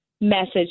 message